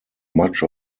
much